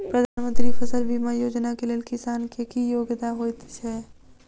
प्रधानमंत्री फसल बीमा योजना केँ लेल किसान केँ की योग्यता होइत छै?